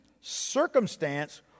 circumstance